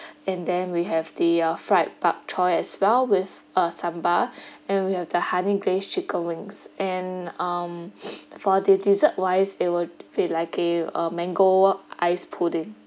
and then we have the um fried bok choy as well with uh sambal and we have the honey glazed chicken wings and um for the dessert wise it would feel like uh a mango ice pudding